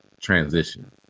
transition